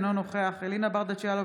אינו נוכח אלינה ברדץ' יאלוב,